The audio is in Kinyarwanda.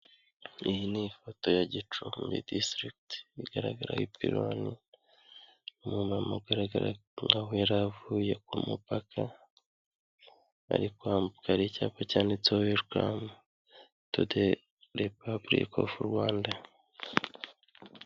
Iyi ni ifoto ya Gicumbi disitirigiti igaragaraho ipironi, umumama ugaragara nk'aho yari avuye ku mupaka, ari kwambuka ahari icyapa cyanditseho werikamu tu de repubulika ofu Rwanda.